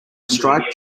striped